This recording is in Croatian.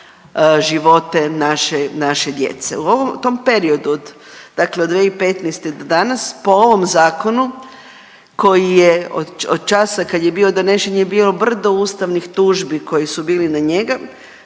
živote naše, naše djece. U ovom, u tom periodu od, dakle od 2015. do danas po ovom zakonu koji je od časa kad je bio donesen je bilo brdo ustavnih tužbi koji su bili na njega,